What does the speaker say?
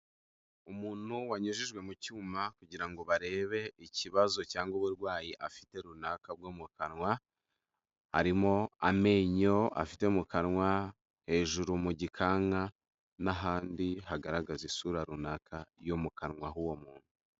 Umuntu wanyujijwe mu cyuma kugira ngo barebe ikibazo cyangwa uburwayi afite runaka bwo mu kanwa, arimo amenyo afite mu kanwa hejuru mu gikanka n'ahandi hagaragaza isura runaka yo mu kanwa k'uwo muntu.